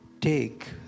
Take